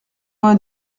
vingt